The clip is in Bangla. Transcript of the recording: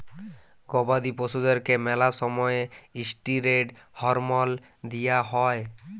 গবাদি পশুদ্যারকে ম্যালা সময়ে ইসটিরেড হরমল দিঁয়া হয়